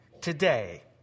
today